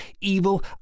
evil